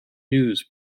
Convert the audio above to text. news